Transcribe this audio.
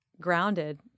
grounded